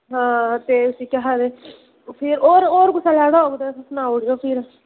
हां ते भी केह् आखदे फिर होर होर कुसै लैना होग ते सनाऊड़ेओ